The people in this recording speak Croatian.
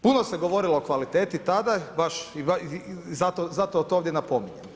Puno se govorilo o kvaliteti tada, baš zato to ovdje napominjem.